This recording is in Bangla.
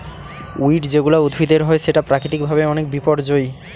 উইড যেগুলা উদ্ভিদের হয় সেটা প্রাকৃতিক ভাবে অনেক বিপর্যই